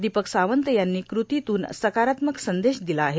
दीपक सावंत यांनी कृतीतून सकारात्मक संदेश दिला आहे